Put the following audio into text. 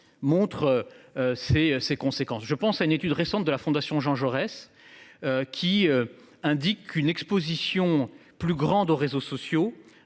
Ses, ses conséquences, je pense à une étude récente de la fondation Jean Jaurès. Qui indique qu'une Exposition plus grande aux réseaux sociaux